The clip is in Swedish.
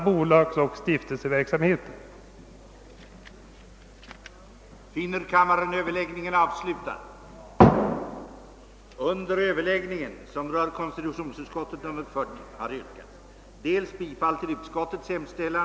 Åtgärder för att fördjupa och stärka det svenska folkstyret